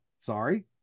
sorry